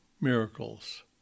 miracles